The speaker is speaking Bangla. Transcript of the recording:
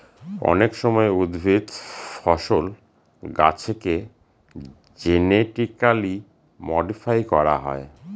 অনেক সময় উদ্ভিদ, ফসল, গাছেকে জেনেটিক্যালি মডিফাই করা হয়